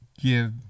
give